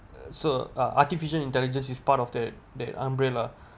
so uh artificial intelligence is part of that that umbrella